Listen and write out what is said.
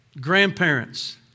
grandparents